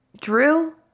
Drew